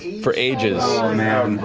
for ages.